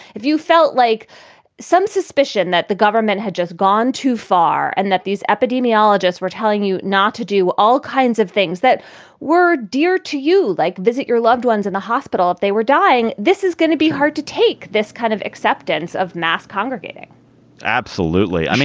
if you felt like some suspicion that the government had just gone too far and that these epidemiologists were telling you not to do all kinds of things that were dear to you, like visit your loved ones in the hospital if they were dying. this is going to be hard to take this kind of acceptance of mass congregating absolutely. um